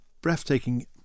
breathtaking